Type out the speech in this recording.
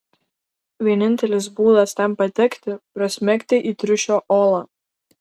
vienintelis būdas ten patekti prasmegti į triušio olą